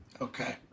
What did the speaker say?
Okay